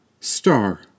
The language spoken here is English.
Star